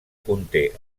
conté